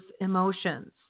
emotions